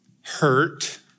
hurt